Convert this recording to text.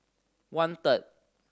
one third